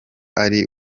ari